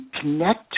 connect